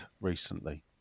recently